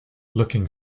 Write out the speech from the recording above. looking